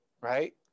right